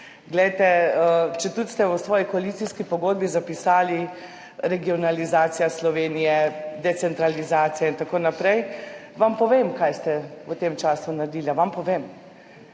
Glejte, četudi ste v svoji koalicijski pogodbi zapisali regionalizacija Slovenije, decentralizacija in tako naprej, vam povem, kaj ste v tem času naredili. Vam povem.